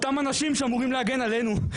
אתם האנשים שאמורים להגן עלינו.